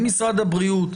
אם משרד הבריאות,